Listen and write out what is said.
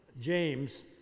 James